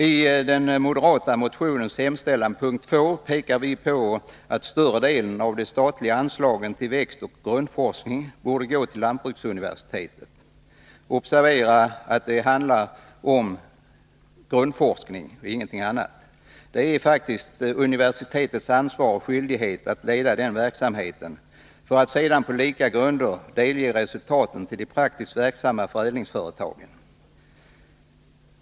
I den moderata motionens hemställan punkt 2 pekar vi på att större delen av de statliga anslagen till växtoch grundforskning borde gå till lantbruksuniversitetet. Det är faktiskt universitetets ansvar och skyldighet att leda den verksamheten för att sedan på lika grunder delge resultaten till de praktiskt verksamma förädlingsföretagen.